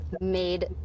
made